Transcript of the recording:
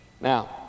Now